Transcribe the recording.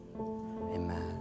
amen